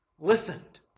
listened